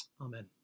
Amen